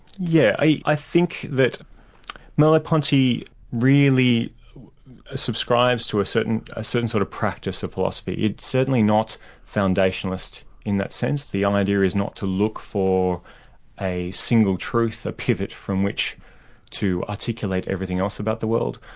yeah, i think that merleau-ponty really subscribes to a certain a certain sort of practice of philosophy. it's certainly not foundationalist in that sense. the um idea is not to look for a single truth, a pivot from which to articulate everything else about the world,